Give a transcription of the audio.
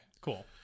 cool